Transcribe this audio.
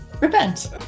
Repent